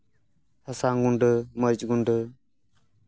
ᱥᱟᱥᱟᱝ ᱜᱩᱰᱟᱹ ᱢᱟᱹᱨᱤᱪ ᱜᱩᱰᱟᱹ